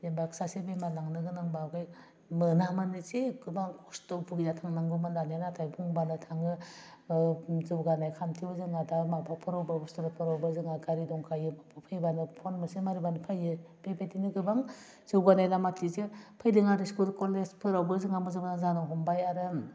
जेनबा सासे बेमार लांनो गोनांबा आवगाय मोनामोन एसे गोबां खस्थ' बुगिना थानांगौमोन दानिया नाथाय बुंबानो थाङो जौगानाय खान्थियाव जोंहा दा माबाफोर बबेबा हसपितालफ्रावबो जोंहा गाारि दंखायो फैबानो फन मोनसे मारिबानो फैयो बेबायदिनो गोबां जौगानाय लामाथिजो फैदों आरो स्कुल कलेजफोरावबो जोंहा मोजां मोजां जानो हमबाय आरो